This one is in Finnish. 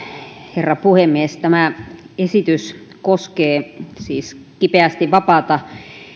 herra puhemies tämä esitys koskee siis kipeästi vapaata